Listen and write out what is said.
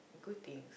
good thing